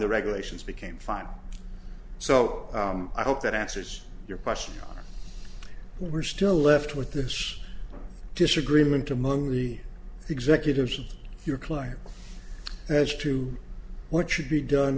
the regulations became fine so i hope that answers your question we're still left with the disagreement among the executives in your client as to what should be done